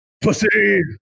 pussy